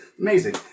Amazing